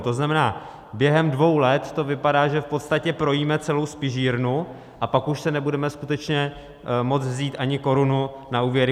To znamená, během dvou let to vypadá, že v podstatě projíme celou spižírnu, a pak už si nebudeme skutečně moct vzít ani korunu na úvěry.